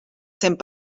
cent